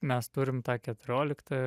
mes turim tą keturioliktą